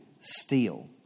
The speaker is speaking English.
steal